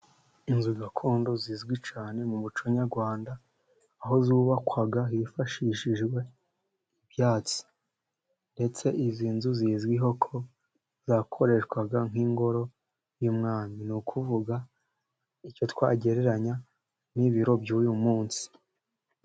Inzu gakondo zizwi cyane mu muco nyarwanda, aho zubakwaga hifashishijwe ibyatsi. Ndetse izi nzu zizwiho ko zakoreshwaga nk'ingoro y'umwami. Ni ukuvuga icyo twagereranya n'ibiro by'uyu munsi.